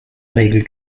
regel